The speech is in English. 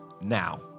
now